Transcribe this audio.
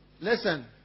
Listen